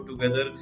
together